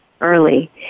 early